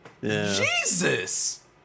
Jesus